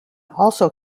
also